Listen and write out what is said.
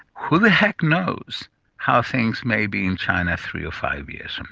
who the heck knows how things may be in china three or five years from